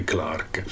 Clark